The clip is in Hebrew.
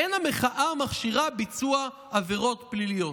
אין המחאה מכשירה ביצוע עבירות פליליות,